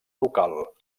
local